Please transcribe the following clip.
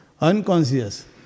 unconscious